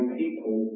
people